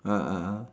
ah ah ah